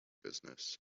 business